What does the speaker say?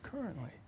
currently